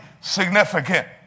significant